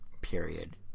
period